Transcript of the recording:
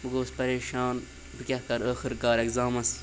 بہٕ گوس پریشان بہٕ کیٛاہ کَرٕ ٲخٕر کار اٮ۪کزامَس